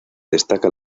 destaca